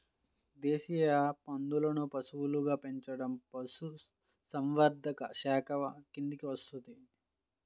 దేశీయ పందులను పశువులుగా పెంచడం పశుసంవర్ధక శాఖ కిందికి వస్తుంది